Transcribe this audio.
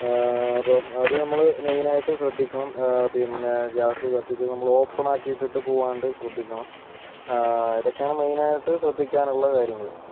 അപ്പം അത് നമ്മള് മെയിന് ആയിട്ട് ശ്രദ്ധിക്കണം പിന്നെ ഗ്യാസ് കത്തിച്ച് നമ്മള് ഓപ്പണ് ആക്കിയിട്ടിട്ട് പോകാണ്ട് ശ്രദ്ധിക്കണം അതൊക്കെയാണ് മെയിന് ആയിട്ട് ശ്രദ്ധിക്കാനുള്ള കാര്യങ്ങള്